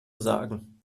sagen